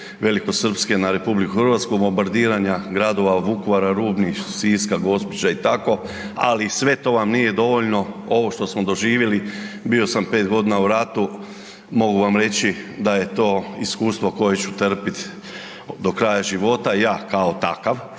velikosrpske na RH i bombardiranja gradova od Vukovara, rubnih Siska, Gospića i tako, ali sve to vam nije dovoljno ovo što smo doživjeli. Bio sam pet godina u ratu, mogu vam reći da je to iskustvo koje ću trpit do kraja života, ja kao takav,